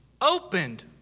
opened